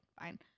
fine